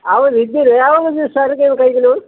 ಹೌದು ಇದ್ದೀರಿ ಯಾವಾಗಿಂದ ಸರ್ ನಿಮ್ಗೆ ಕೈಗೆ ನೋವು